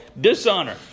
dishonor